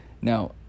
now